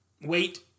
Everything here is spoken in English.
wait